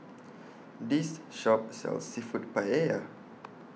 This Shop sells Seafood Paella